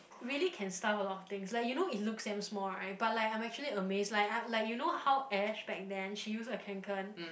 really can stuff a lot of things like you know it's look damn small right but like I'm actually amazed like I like you know how Ash back then she use a Kanken